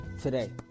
Today